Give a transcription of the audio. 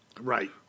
Right